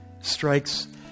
strikes